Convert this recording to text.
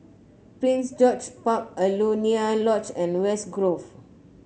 Prince George's Park Alaunia Lodge and West Grove